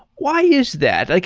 why is that? like